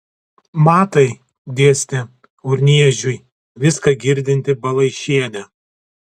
matai dėstė urniežiui viską girdinti balaišienė